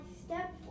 step